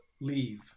leave